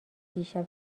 دیشب